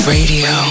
Radio